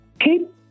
Keep